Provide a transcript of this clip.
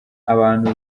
abantu